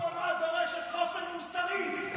זקיפות קומה דורשת חוסן מוסרי,